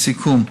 לסיכום,